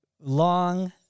long